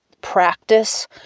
practice